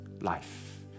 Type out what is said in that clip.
life